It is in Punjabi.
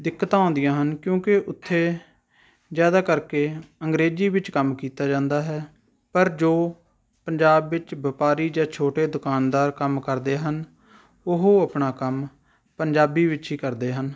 ਦਿੱਕਤਾਂ ਆਉਂਦੀਆਂ ਹਨ ਕਿਉਂਕਿ ਉੱਥੇ ਜ਼ਿਆਦਾ ਕਰਕੇ ਅੰਗਰੇਜ਼ੀ ਵਿੱਚ ਕੰਮ ਕੀਤਾ ਜਾਂਦਾ ਹੈ ਪਰ ਜੋ ਪੰਜਾਬ ਵਿੱਚ ਵਪਾਰੀ ਜਾਂ ਛੋਟੇ ਦੁਕਾਨਦਾਰ ਕੰਮ ਕਰਦੇ ਹਨ ਉਹ ਆਪਣਾ ਕੰਮ ਪੰਜਾਬੀ ਵਿੱਚ ਹੀ ਕਰਦੇ ਹਨ